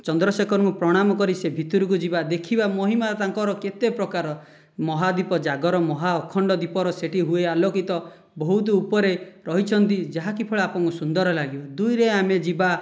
ଚନ୍ଦ୍ରଶେଖରଙ୍କୁ ପ୍ରଣାମ କରି ସେ ଭିତରକୁ ଯିବା ଦେଖିବା ମହିମା ତାଙ୍କର କେତେ ପ୍ରକାର ମହାଦୀପ ଜାଗର ମହା ଅଖଣ୍ଡ ଦୀପର ସେଠି ହୁଏ ଆଲୋକିତ ବହୁତ ଉପରେ ରହିଛନ୍ତି ଯାହାକି ଫଳରେ ଆପଣଙ୍କୁ ସୁନ୍ଦର ଲାଗିବ ଦୁଇରେ ଆମେ ଯିବା